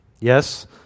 Yes